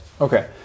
okay